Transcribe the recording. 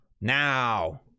now